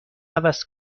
عوض